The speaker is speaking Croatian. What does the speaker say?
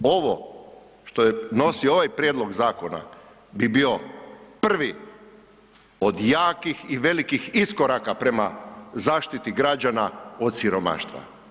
Ovo, što nosi ovaj prijedlog zakona bi bio prvi od jakih i velikih iskoraka prema zaštiti građana od siromaštva.